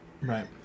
right